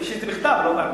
יש לי את זה בכתב, לא בעל-פה.